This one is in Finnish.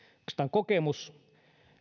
kokemus